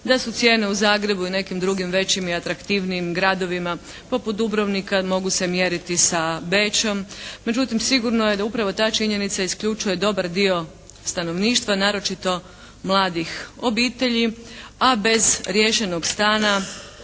da su cijene u Zagrebu i nekim drugim većim i atraktivnijim gradovima poput Dubrovnika, mogu se mjeriti sa Bečom. Međutim, sigurno je da upravo ta činjenica isključuje dobar dio stanovništva, naročito mladih obitelji. A bez riješenog stana